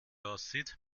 aussieht